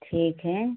ठीक है